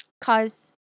cause